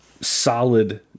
solid